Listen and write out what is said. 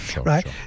right